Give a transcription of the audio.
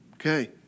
Okay